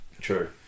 True